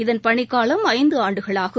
இதன் பணிக்காலம் ஐந்து ஆண்டுகளாகும்